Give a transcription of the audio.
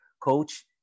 coach